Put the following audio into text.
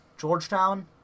Georgetown